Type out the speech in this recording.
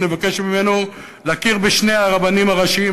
נבקש ממנו להכיר בשני הרבנים הראשיים,